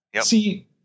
see